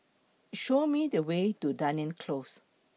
Show Me The Way to Dunearn Close